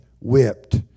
whipped